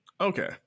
Okay